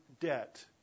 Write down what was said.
debt